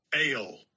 Ale